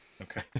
Okay